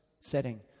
setting